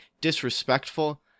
disrespectful